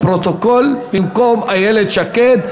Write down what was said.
במקום איילת שקד.